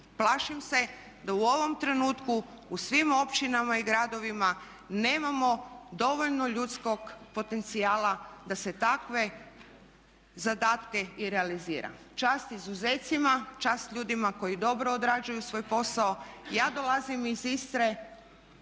Plašim se da u ovom trenutku u svim općinama i gradovima nemamo dovoljno ljudskog potencijala da se takve zadatke i realizira. Čast izuzecima, čast ljudima koji dobro odrađuju svoj posao. Ja dolazim iz Istre,